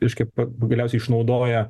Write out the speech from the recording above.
iškepa galiausiai išnaudoja